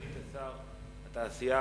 סגנית שר התעשייה,